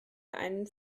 einen